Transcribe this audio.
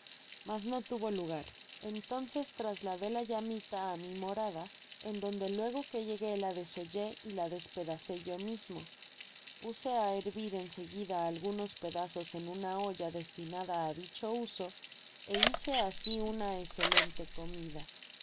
mas no tuvo lugar entonces trasladé la mamita á mi morada en donde luego que llegué la de sollé y la despedacé yo mismo puse á hervir en seguida algunos pedazos en una olla destinada á dicho uso é hice asi una escelente comida